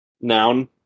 Noun